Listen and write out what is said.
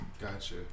Gotcha